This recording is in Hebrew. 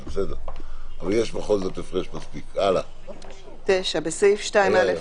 7. בסעיף 2(א),